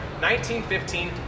1915